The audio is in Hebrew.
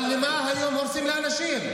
אבל למה היום הורסים לאנשים?